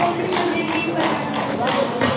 सुपौलेमे जे मेन बाज़ारमे होटल यऽ